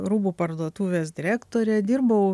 rūbų parduotuvės direktore dirbau